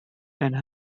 and